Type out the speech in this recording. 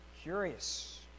curious